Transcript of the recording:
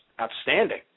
outstanding